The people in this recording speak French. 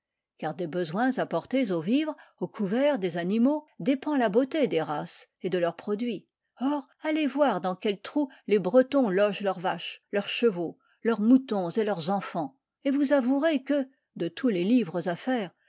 car des soins apportés au vivre au couvert des animaux dépend la beauté des races et de leurs produits or allez voir dans quels trous les bretons logent leurs vaches leurs chevaux leurs moutons et leurs enfants et vous avouerez que de tous les livres